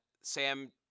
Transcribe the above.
Sam